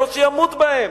ולא שימות בהם.